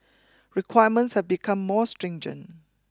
requirements have become more stringent